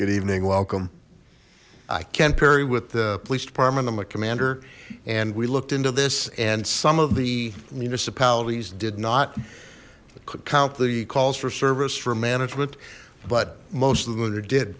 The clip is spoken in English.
good evening welcome i can't perry with the police department i'm a commander and we looked into this and some of the municipalities did not count the calls for service for management but most of the murder did